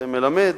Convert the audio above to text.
זה מלמד